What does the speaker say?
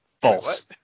False